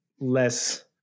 less